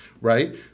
right